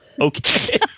Okay